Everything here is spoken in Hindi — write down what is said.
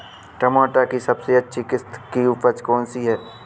टमाटर की सबसे अच्छी किश्त की उपज कौन सी है?